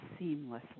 seamlessly